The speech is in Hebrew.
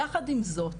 יחד עם זאת,